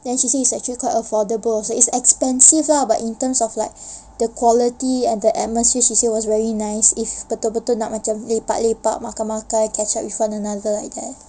then she say it's actually quite affordable so it's expensive lah but in terms of like the quality and the atmosphere she say was very nice if betul-betul nak lepak-lepak makan-makan catch up with one another